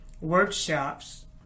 workshops